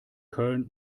köln